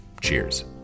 Cheers